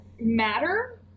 matter